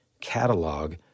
catalog